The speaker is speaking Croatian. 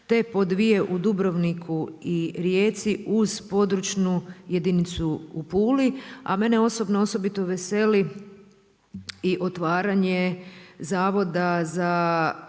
te po dvije u Dubrovniku i Rijeci uz područnu jedinicu u Puli, a mene osobno osobito veseli i otvaranje Zavoda za